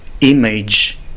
image